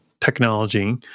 technology